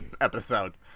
episode